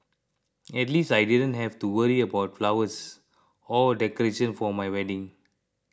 at least I didn't have to worry about flowers or decoration for my wedding